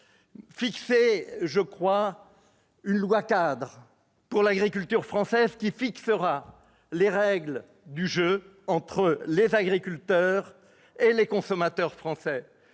et élaborer une loi-cadre pour l'agriculture française, qui fixerait les règles du jeu entre les agriculteurs et les consommateurs français.